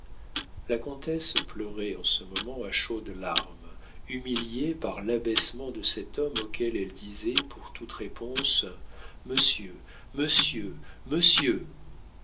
la comtesse pleurait en ce moment à chaudes larmes humiliée par l'abaissement de cet homme auquel elle disait pour toute réponse monsieur monsieur monsieur